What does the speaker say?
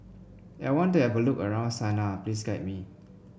I want to have a look around Sanaa please guide me